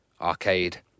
arcade